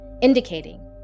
indicating